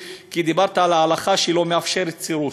כי דיברת על ההלכה שלא מאפשרת סירוס,